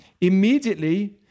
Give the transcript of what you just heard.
immediately